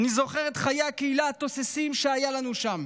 אני זוכר את חיי הקהילה התוססים שהיו לנו שם,